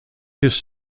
his